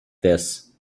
this